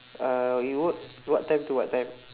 uh you work what time to what time